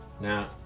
Now